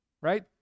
right